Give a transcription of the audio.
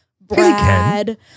Brad